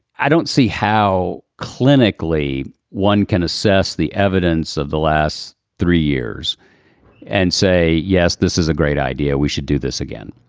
i don't see how clinically one can assess the evidence of the last three years and say, yes, this is a great idea, we should do this again.